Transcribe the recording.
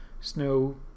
snow